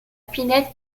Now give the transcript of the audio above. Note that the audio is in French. pinède